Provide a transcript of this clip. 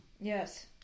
Yes